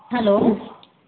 hello